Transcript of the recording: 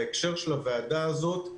בהקשר של הוועדה הזאת,